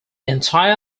entire